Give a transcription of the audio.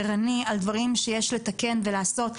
עירני על דברים שיש לתקן ולעשות,